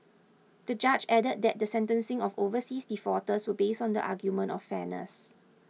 the judge added that the sentencing of overseas defaulters was based on the argument of fairness